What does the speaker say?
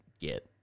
get